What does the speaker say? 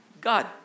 God